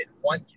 one